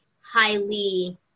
highly